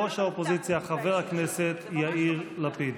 ראש האופוזיציה חבר הכנסת יאיר לפיד.